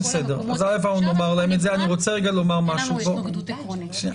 אין לנו התנגדות עקרונית.